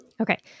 Okay